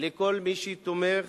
לכל מי שתומך,